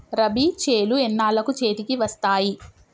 రబీ చేలు ఎన్నాళ్ళకు చేతికి వస్తాయి?